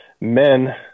men